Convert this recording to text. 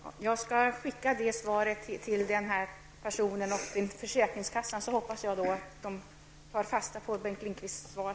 Herr talman! Jag skall skicka det svaret till denna person och till försäkringskassan, och jag hoppas att man där tar fasta på Bengt Lindqvists svar.